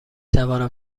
توانم